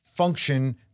function